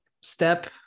step